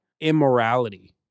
immorality